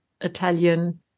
Italian